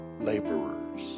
laborers